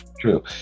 True